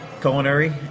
culinary